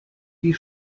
die